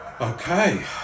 Okay